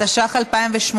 התשע"ח 2018,